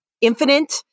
infinite